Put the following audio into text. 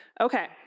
Okay